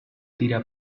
tira